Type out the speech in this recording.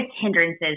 hindrances